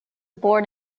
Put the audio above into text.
born